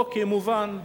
אוקיי, מובן.